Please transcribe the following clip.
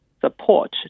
support